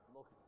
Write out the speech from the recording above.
Look